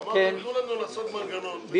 תאמין לי שאני יודע מה אני מדבר.